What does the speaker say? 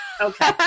okay